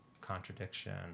contradiction